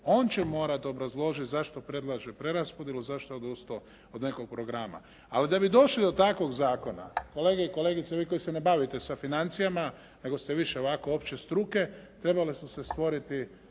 On će morati obrazložiti zašto predlaže preraspodjelu zašto je odustao od nekog programa. Ali da bi došli do takvog zakona, kolege i kolegice vi koji se ne bavite sa financijama, nego ste više ovako opće struke, trebale su se stvoriti